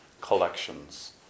collections